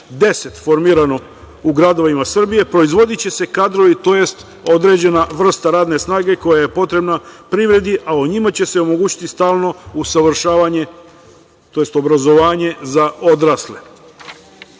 formirano u gradovima Srbije, proizvodi će se kadrovi to jest određena vrsta radne snage koja je potrebna privredi, a o njima će se omogućiti stalno usavršavanje to jest obrazovanje za odrasle. Što